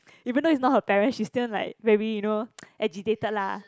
even though is not her parent she still like very you know agitated lah